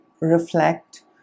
reflect